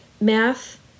math